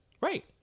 Right